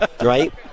Right